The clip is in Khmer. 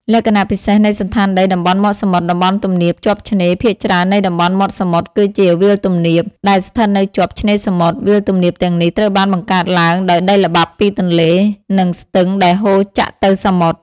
លក្ខណៈពិសេសនៃសណ្ឋានដីតំបន់មាត់សមុទ្រតំបន់ទំនាបជាប់ឆ្នេរ ភាគច្រើននៃតំបន់មាត់សមុទ្រគឺជា វាលទំនាប ដែលស្ថិតនៅជាប់ឆ្នេរសមុទ្រ វាលទំនាបទាំងនេះត្រូវបានបង្កើតឡើងដោយដីល្បាប់ពីទន្លេ និងស្ទឹងដែលហូរចាក់ទៅសមុទ្រ។